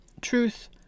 Truth